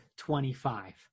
25